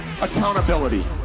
accountability